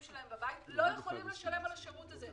שלהם בבית לא יכולים לשלם על השירות הזה.